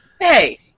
Hey